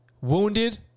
wounded